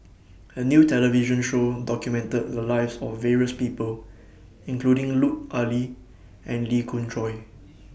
A New television Show documented The Lives of various People including Lut Ali and Lee Khoon Choy